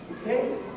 Okay